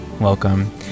welcome